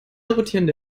rotierende